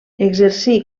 exercí